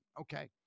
Okay